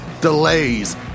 Delays